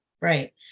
Right